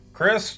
Chris